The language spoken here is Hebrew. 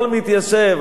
מתיישב.